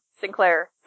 Sinclair